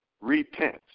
repent